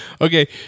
Okay